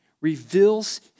reveals